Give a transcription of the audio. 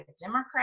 democrat